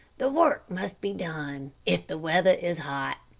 the work must be done, if the weather is hot.